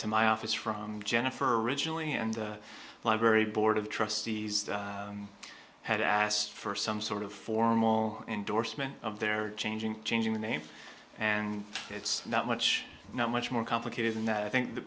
to my office from jennifer originally and library board of trustees had asked for some sort of formal endorsement of their changing changing the name and it's not much now much more complicated than that i think th